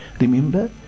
remember